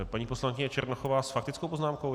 Paní poslankyně Černochová s faktickou poznámkou?